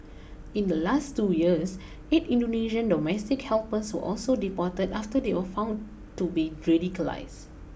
in the last two years eight Indonesian domestic helpers were also deported after they were found to be radicalised